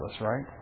right